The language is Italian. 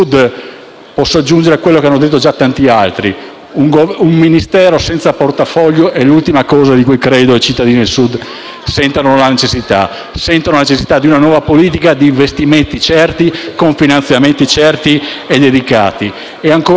posso aggiungere quanto hanno già detto tanti altri: un Ministero senza portafoglio è l'ultima cosa di cui credo i cittadini del Sud sentano la necessità; sentono la necessità di una nuova politica di investimenti certi, con finanziamenti certi e dedicati.